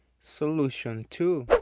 solution two,